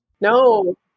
No